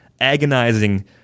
agonizing